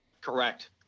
Correct